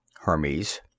Hermes